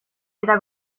eta